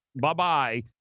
Bye-bye